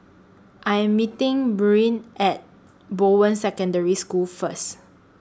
I Am meeting At Bowen Secondary School First